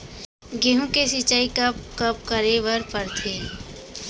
गेहूँ के सिंचाई कब कब करे बर पड़थे?